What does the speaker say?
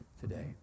today